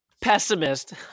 pessimist